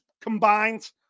combined